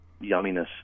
yumminess